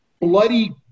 bloody